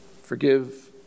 Forgive